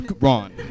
Ron